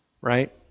right